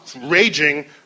raging